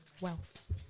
wealth